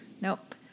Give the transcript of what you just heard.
Nope